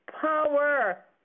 power